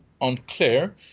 unclear